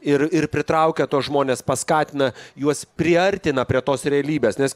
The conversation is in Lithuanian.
ir ir pritraukia tuos žmones paskatina juos priartina prie tos realybės nes